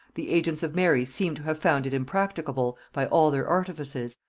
the agents of mary seem to have found it impracticable, by all their artifices,